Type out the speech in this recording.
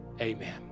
amen